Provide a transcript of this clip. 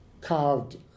carved